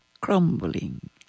crumbling